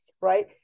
right